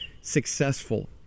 successful